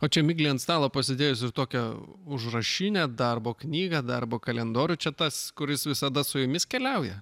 o čia miglė ant stalo pasidėjus ir tokią užrašinę darbo knygą darbo kalendorių čia tas kuris visada su jumis keliauja